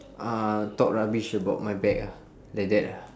uh talk rubbish about my back ah like that ah